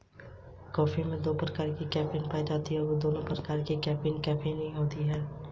stand up India महिलाओं को स्वावलम्बी बनाने में बहुत असरदार है